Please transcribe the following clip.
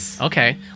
Okay